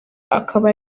akaba